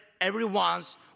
everyone's